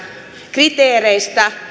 kriteereistä